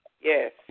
Yes